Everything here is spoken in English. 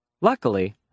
Luckily